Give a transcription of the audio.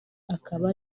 akaba